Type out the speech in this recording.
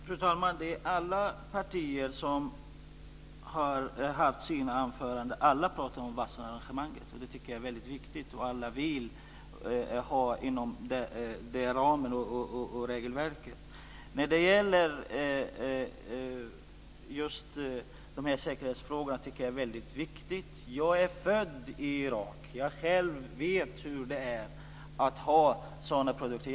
Fru talman! Alla här har talat om Wassenaararrangemanget, och det är väldigt viktigt. Alla vill ha den ramen och det regelverket. Men jag tycker också att säkerhetsfrågorna är viktiga. Jag är född i Irak, och jag vet själv hur det är att ha sådana produkter.